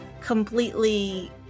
completely